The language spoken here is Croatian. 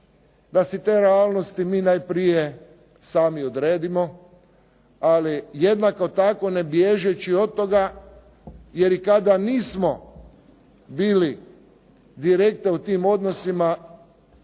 da si te realnosti mi najprije sami odredimo. Ali jednako tako ne bježeći od toga, jer i kada nismo bili direktno u tim odnosima